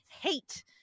hate